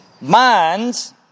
Minds